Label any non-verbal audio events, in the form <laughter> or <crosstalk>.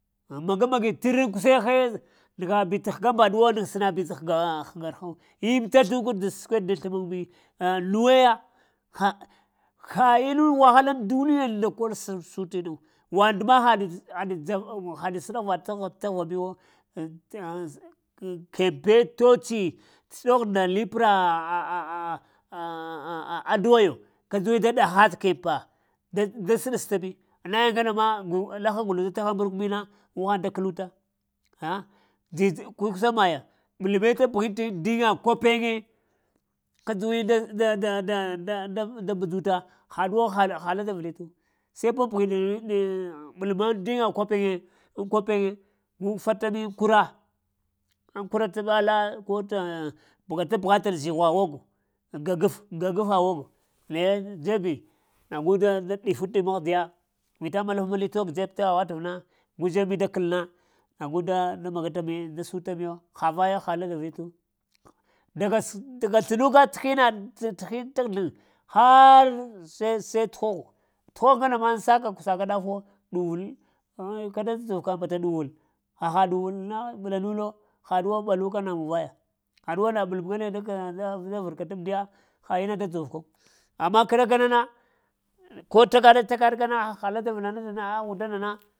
Magamagi tərr aŋ kushehe nəghabi tə həgaŋ mbaɗuwo, sənabi tə həga <hesitation> imm tə sluku səkweɗ daŋ sləmuŋ mi ah nuweya, ha-ha-innaŋ wahala aŋ duniya nda kol sənat’ sutinu, wandma haɗ-had <hesitation> haɗ səɗaghva tətəghva miwo <hesitation> penke ɗotsi tə ɗoh nda lipra <hesitation> a duwayiŋ ka dzuwi da ɗahat kenpa da-da sənasta biw nay ngane ma laha guɗuf tə ghaŋ mina gu həŋ da kəluta <hesitation> kukəsa maya ɓalme tə pəghanti aŋ diŋga kwapeŋe kadzuwi da <hesitation> da biyuta ha haɗuwo ha-ha lada vəlitu sə paŋpəghi <hesitation> ɓləmaŋ diŋa kwapeŋe aŋ kwapeŋe gufata mi kura aŋ kura tə ɓala ko təŋ bəga tə pəghatal zighwa ogo, da-gaf-gagfa ogo naye dzebi nagu da da-ɗifunta mi ahdiya vita maluŋ-male tog dzeb tə watev na gu dzeb mi da kəllo nagu da da nəghata mi da suta miyo ha vaya hala da vlitu daga sluɗuka tə hina <hesitation> ha se-sai təhogh, təhogh nane mah səka kusaka ɗafuwo, ɗuvul kaɗa dzovka bata ɗuvul, haha duvulna ɓəlaɗunlo, haɗuwo ɓaluka muvaya haduwo ɓəlmina <hesitation> amdiya ha inna da dzorku, amma kəɗakana na ko təkaɗe-təkaɗ ka na ha da vəla a'h unnda nana.